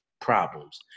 problems